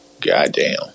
Goddamn